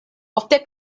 ofte